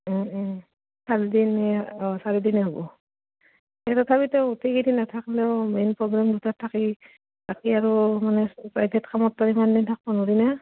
চাৰিদিন অঁ চাৰিদিনে হ'ব এই তথাপিতো গোটেইকেইদিন নাথাকিলেও মেইন প্ৰগ্ৰেম দুটাত থাকি বাকী আৰু মানে প্ৰাইভেট কামত